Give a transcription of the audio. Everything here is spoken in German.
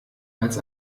als